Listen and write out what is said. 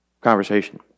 conversation